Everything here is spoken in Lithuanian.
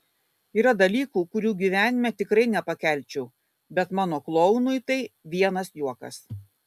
yra dalykų kurių gyvenime tikrai nepakelčiau bet mano klounui tai vienas juokas